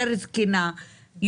יותר זקנה,